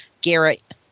Garrett